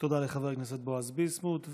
תודה לחבר הכנסת בועז ביסמוט.